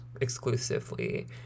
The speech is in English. exclusively